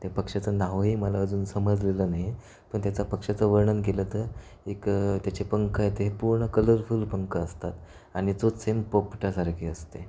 त्या पक्ष्याचं नावही मला अजून समजलेलं नाही पण त्याचा पक्ष्याचं वर्णन केलं तर एक त्याचे पंख आहेत हे पूर्ण कलरफुल पंख असतात आणि चोच सेम पोपटासारखी असते